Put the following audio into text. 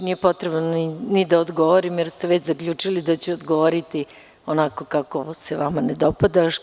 Nije potrebno ni da odgovorim jer ste već zaključili da ću odgovoriti onako kako se vama ne dopada.